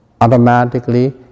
automatically